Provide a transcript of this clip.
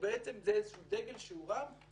שיש לו תיק פתוח,